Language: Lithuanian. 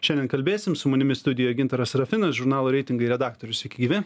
šiandien kalbėsim su manimi studijo gintaras serafinas žurnalo reitingai redaktorius sveiki gyvi